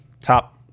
top